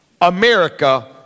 America